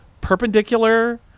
perpendicular